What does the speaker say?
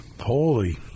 Holy